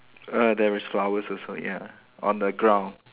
err there is flowers also ya on the ground